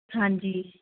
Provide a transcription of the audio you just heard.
ਹਾਂਜੀ